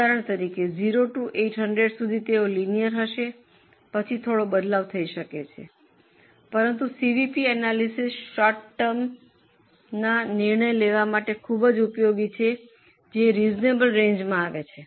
ઉદાહરણ તરીકે 0 થી 800 સુધી તેઓ લિનિયર હશે પછી થોડો બદલાવ થઈ શકે છે પરંતુ સીવીપી એનાલિસિસમ શોર્ટ ટર્મના નિર્ણય લેવા માટે ખૂબ ઉપયોગી છે જે રીઝનેબલ રેન્જમાં છે